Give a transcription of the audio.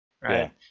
right